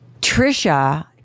Trisha